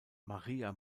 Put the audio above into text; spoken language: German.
maria